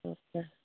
okay